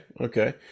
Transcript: Okay